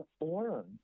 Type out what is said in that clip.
learn